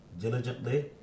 diligently